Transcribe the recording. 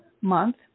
month